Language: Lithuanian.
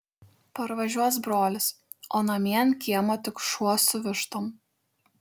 parvažiuos brolis o namie ant kiemo tik šuo su vištom